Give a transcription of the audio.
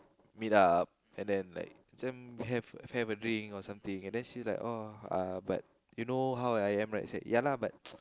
meet up and then like ~cam have have a dream or something and then she like oh uh you know how I am right say yeah lah but